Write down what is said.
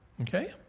Okay